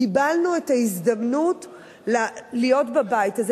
קיבלנו את ההזדמנות להיות בבית הזה,